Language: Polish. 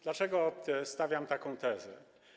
Dlaczego stawiam taką tezę?